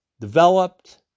developed